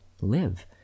live